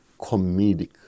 Comedic